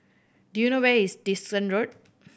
do you know where is Dickson Road